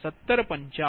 01755 p